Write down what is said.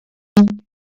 one